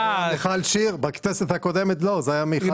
מיכל שיר הגישה את זה בכנסת הקודמת יחד עם מיקי זוהר.